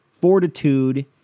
fortitude